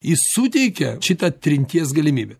jis suteikia šitą trinties galimybę